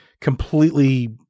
completely